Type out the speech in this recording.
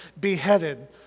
beheaded